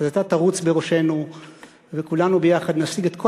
אז אתה תרוץ בראשנו וכולנו ביחד נשיג את כל